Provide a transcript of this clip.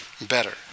better